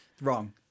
wrong